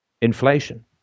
inflation